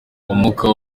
umwuka